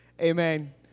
Amen